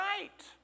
right